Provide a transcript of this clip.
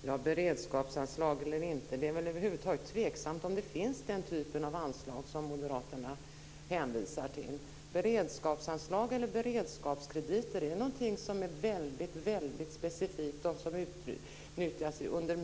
Fru talman! Beredskapsanslag eller inte. Det är väl tveksamt om det över huvud taget finns den typen av anslag som moderaterna hänvisar till. Beredskapsanslag eller beredskapskrediter är något som är väldigt specifikt och som utnyttjas under